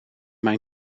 mijn